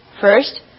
First